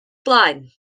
blaen